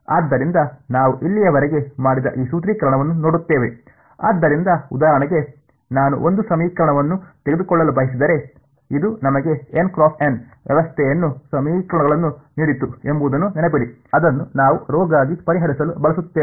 ಆದ್ದರಿಂದ ನಾವು ಇಲ್ಲಿಯವರೆಗೆ ಮಾಡಿದ ಈ ಸೂತ್ರೀಕರಣವನ್ನು ನೋಡುತ್ತೇವೆ ಆದ್ದರಿಂದ ಉದಾಹರಣೆಗೆ ನಾನು ಒಂದು ಸಮೀಕರಣವನ್ನು ತೆಗೆದುಕೊಳ್ಳಲು ಬಯಸಿದರೆ ಇದು ನಮಗೆ ವ್ಯವಸ್ಥೆಯನ್ನು ಸಮೀಕರಣಗಳನ್ನು ನೀಡಿತು ಎಂಬುದನ್ನು ನೆನಪಿಡಿ ಅದನ್ನು ನಾವು ⍴ ಗಾಗಿ ಪರಿಹರಿಸಲು ಬಳಸುತ್ತೇವೆ